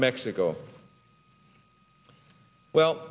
to mexico well